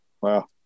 Wow